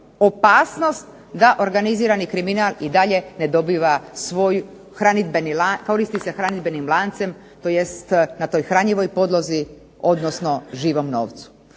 opasnost da organizirani kriminal i dalje ne dobiva svoj hranidbeni, koristi se hranidbenim lancem, tj. na toj hranjivoj podlozi odnosno živom novcu.